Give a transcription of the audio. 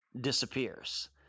disappears